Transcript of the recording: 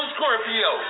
Scorpio